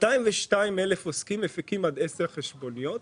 202 אלף עוסקים מפיקים עד 10 חשבוניות,